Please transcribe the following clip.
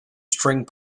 string